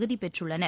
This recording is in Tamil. குதி பெற்றுள்ளனர்